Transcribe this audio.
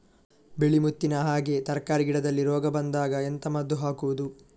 ಬಿಳಿ ಮುತ್ತಿನ ಹಾಗೆ ತರ್ಕಾರಿ ಗಿಡದಲ್ಲಿ ರೋಗ ಬಂದಾಗ ಎಂತ ಮದ್ದು ಹಾಕುವುದು?